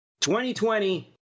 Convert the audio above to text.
2020